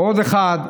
עוד אחד.